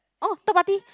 orh third party